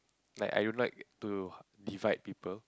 like I don't like to divide people